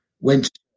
went